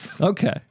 Okay